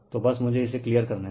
तो बस मुझे इसे क्लियर करने दे